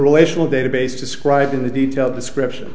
relational database described in the detail description